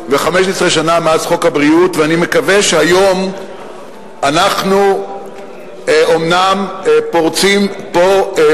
ואני מאוד מקווה שגם אם לא בידי אעלה להשלים את המלאכה,